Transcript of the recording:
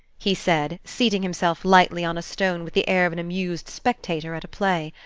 he said, seating himself lightly on a stone with the air of an amused spectator at a play.